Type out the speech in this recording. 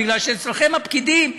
בגלל שאצלכם הפקידים,